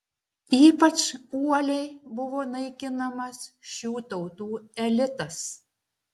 ypač uoliai buvo naikinamas šių tautų elitas